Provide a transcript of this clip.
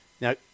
Now